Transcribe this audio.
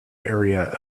area